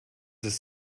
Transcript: ist